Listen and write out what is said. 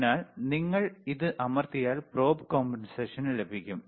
അതിനാൽ നിങ്ങൾ ഇത് അമർത്തിയാൽ probe compensation ലഭിക്കും